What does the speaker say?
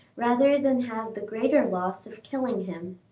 rather than have the greater loss of killing him.